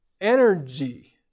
energy